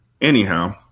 Anyhow